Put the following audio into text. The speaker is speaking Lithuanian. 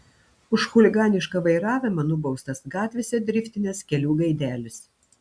už chuliganišką vairavimą nubaustas gatvėse driftinęs kelių gaidelis